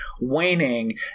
waning